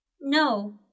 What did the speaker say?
No